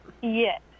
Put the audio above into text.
Yes